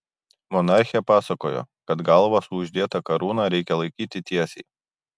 monarchė pasakojo kad galvą su uždėta karūna reikia laikyti tiesiai